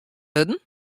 wurden